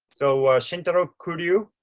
so shintaro kuryu,